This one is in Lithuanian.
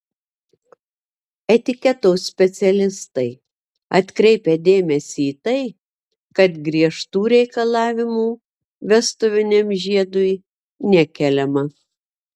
etiketo specialistai atkreipia dėmesį tai kad griežtų reikalavimų vestuviniam žiedui nekeliama